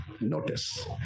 notice